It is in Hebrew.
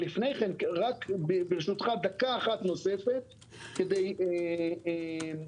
לפני כן, דקה אחת נוספת כדי לא לסבר את האוזן, כדי